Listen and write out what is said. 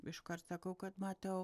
iškart sakau kad matau